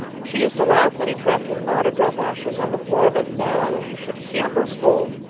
she used to laugh when he tramped in mud or dropped ashes on the floor, but now you should hear her scold!